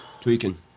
tweaking